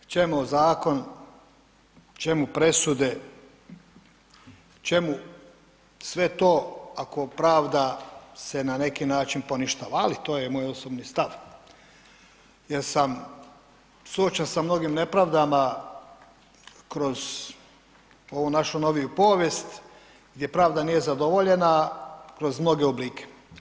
Čemu zakon, čemu presude, čemu sve to, ako pravda se na neki način poništava, ali to je moj osobni stav jer sam suočen sa mnogim nepravdama kroz ovu našu noviju povijest, gdje pravda nije zadovoljena kroz mnoge oblike.